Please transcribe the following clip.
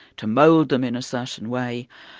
to mould them in a certain way,